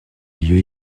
lieu